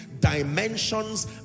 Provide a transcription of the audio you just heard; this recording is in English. dimensions